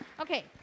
Okay